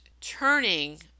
turning